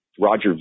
Roger